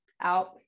out